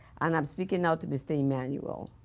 and i'm speaking now to mr. emanuel.